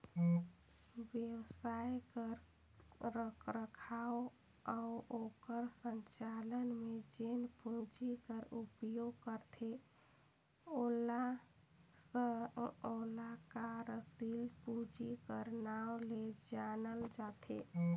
बेवसाय कर रखरखाव अउ ओकर संचालन में जेन पूंजी कर उपयोग करथे ओला कारसील पूंजी कर नांव ले जानल जाथे